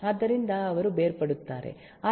ಆದ್ದರಿಂದ ಅವರು ಬೇರ್ಪಡುತ್ತಾರೆ